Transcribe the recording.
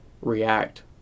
react